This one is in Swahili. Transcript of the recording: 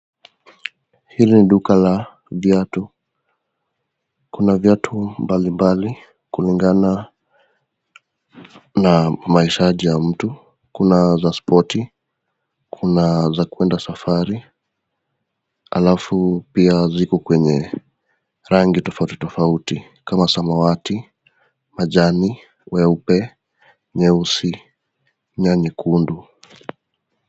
Hili ni duka la viatu, kuna viatu mbalimbali kulingana na mahitaji ya mtu, kuna za spoti kuna za kuenda safari, alafu pia ziko kwenye rangi tofautitofauti kama samawati, majani, nyeupe, nyeusi na nyekundu